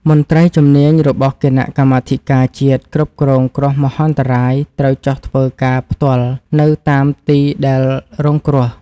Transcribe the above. មន្ត្រីជំនាញរបស់គណៈកម្មាធិការជាតិគ្រប់គ្រងគ្រោះមហន្តរាយត្រូវចុះធ្វើការផ្ទាល់នៅតាមទីដែលរងគ្រោះ។